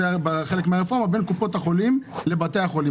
זה הרי חלק מהרפורמה בין קופות החולים לבתי החולים,